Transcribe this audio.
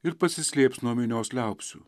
ir pasislėps nuo minios liaupsių